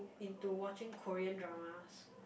into watching Korean dramas